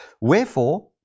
Wherefore